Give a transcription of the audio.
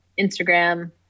instagram